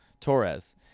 torres